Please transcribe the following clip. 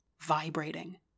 vibrating